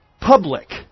public